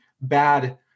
bad